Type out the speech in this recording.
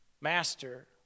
master